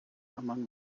among